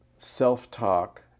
self-talk